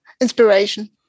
inspiration